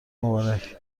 مبارک